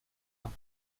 ans